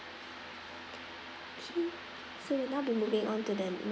okay so now we'll be moving on to the